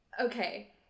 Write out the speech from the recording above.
Okay